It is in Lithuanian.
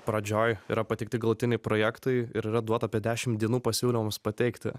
pradžioj yra pateikti galutiniai projektai ir yra duota apie dešimt dienų pasiūlymams pateikti